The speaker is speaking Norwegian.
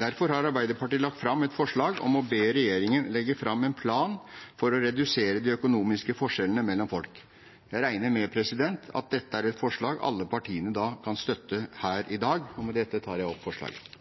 Derfor har Arbeiderpartiet lagt fram et forslag om å be regjeringen legge fram en plan for å redusere de økonomiske forskjellene mellom folk. Jeg regner med at dette er et forslag alle partiene kan støtte her i dag. Med det tar jeg opp forslaget.